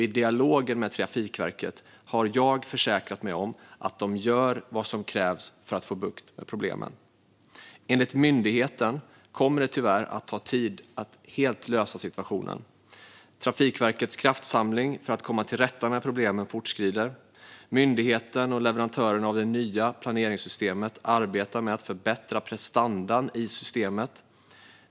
I dialogen med Trafikverket har jag försäkrat mig om att de gör vad som krävs för att få bukt med problemen. Enligt myndigheten kommer det tyvärr att ta tid att helt lösa situationen. Trafikverkets kraftsamling för att komma till rätta med problemen fortskrider. Myndigheten och leverantören av det nya planeringssystemet arbetar med att förbättra prestandan i systemet.